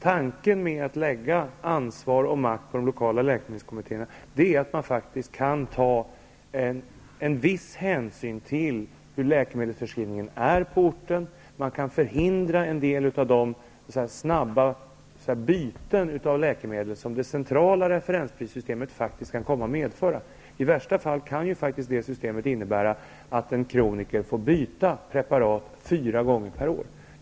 Tanken att lägga ansvar och makt på de lokala läkemedelskommittéerna är att man kan ta en viss hänsyn till hur läkemedelsförskrivningen är på orten. Man kan förhindra en del av de snabba byten av läkemedel som det centrala referensprissystemet faktiskt kan komma att medföra. I värsta fall kan det systemet innebära att en kroniker får byta preparat fyra gånger per år.